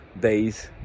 days